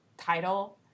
title